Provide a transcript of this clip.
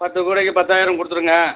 பத்துக் கூடைக்கு பத்தாயிரம் கொடுத்துருங்க